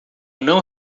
não